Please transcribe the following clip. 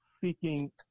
seeking